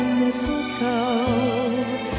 mistletoe